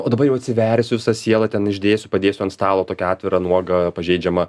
o dabar jau atsiversiu visa siela ten išdėsiu padėsiu ant stalo tokią atvirą nuogą pažeidžiamą